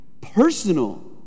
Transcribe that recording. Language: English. personal